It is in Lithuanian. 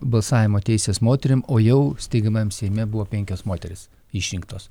balsavimo teisės moterim o jau steigiamajam seime buvo penkios moterys išrinktos